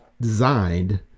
designed